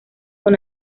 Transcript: con